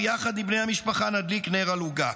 ויחד עם בני המשפחה נדליק נר על עוגה,